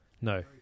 No